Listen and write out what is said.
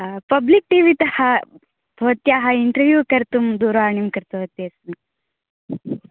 public TV तः भवत्याः interview कर्तुं दूरवाणीं कृतवति अस्मि